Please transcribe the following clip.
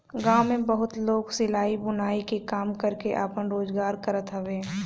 गांव में बहुते लोग सिलाई, बुनाई के काम करके आपन रोजगार करत हवे